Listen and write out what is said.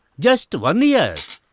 just one year.